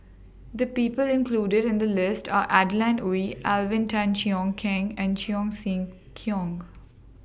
The People included in The list Are Adeline Ooi Alvin Tan Cheong Kheng and Cheong Siew Keong